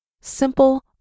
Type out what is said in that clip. simple